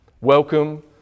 Welcome